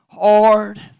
hard